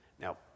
Now